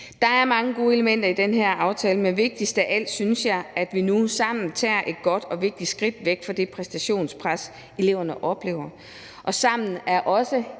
Der er mange gode elementer i den her aftale, men vigtigst af alt synes jeg det er, at vi nu sammen tager et godt og vigtigt skridt væk fra det præstationspres, eleverne oplever. Og sammen er også